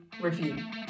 review